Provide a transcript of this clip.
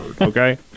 okay